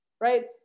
right